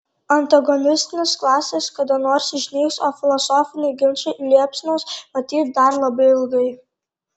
antagonistinės klasės kada nors išnyks o filosofiniai ginčai liepsnos matyt dar labai ilgai